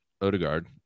Odegaard